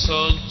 Son